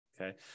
Okay